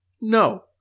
no